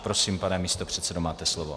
Prosím, pane místopředsedo, máte slovo.